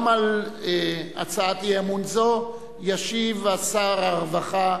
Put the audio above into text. גם על הצעת אי-אמון זו ישיב שר הרווחה,